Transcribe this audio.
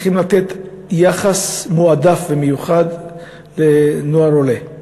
צריכים לתת יחס מועדף ומיוחד לנוער עולה.